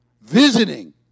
Visiting